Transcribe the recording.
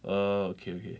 orh okay okay